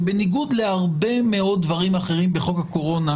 ובניגוד להרבה מאוד דברים אחרים בחוק הקורונה,